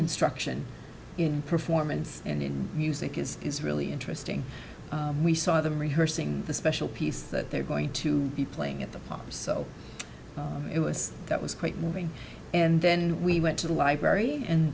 instruction in performance and in music is it's really interesting we saw them rehearsing the special piece that they're going to be playing at the palms so it was that was quite moving and then we went to the library and